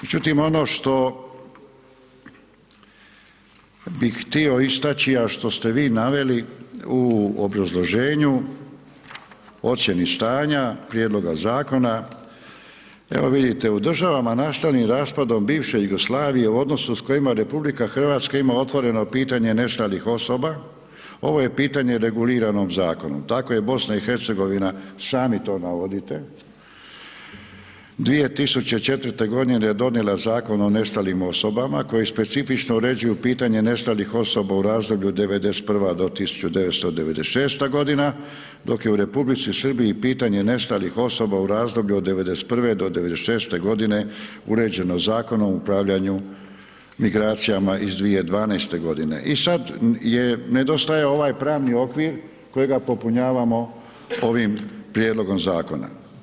Međutim, ono što bih htio istači, a što ste vi naveli u obrazloženju, ocjeni stanja, prijedlogu zakona, evo vidite, u državama nastalim raspadom bivše Jugoslavije u odnosu s kojima RH ima otvoreno pitanje nestalih osoba, ovo je pitanje regulirano zakonom, tako je BIH sami to navodite, 2004. g. donijela zakon o nestalim osobama, koje specifično uređuje pitanje nestalih osoba u razdoblju '91.-1996. g. dok je u Republici Srbiji pitanje nestalih osoba u razdoblju od '91.-'96. g. uređeno Zakonom o upravljanju migracijama iz 2012. g. I sada nedostaje ovaj pravni okvir, kojeg popunjavamo ovim prijedlogom zakona.